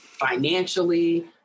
financially